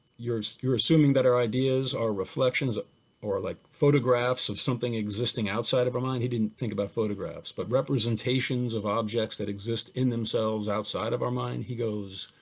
you're you're assuming that ideas are reflections or like photographs of something existing outside of our mind, he didn't think about photographs but representations of objects that exist in themselves outside of our mind, he goes,